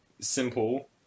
simple